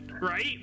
right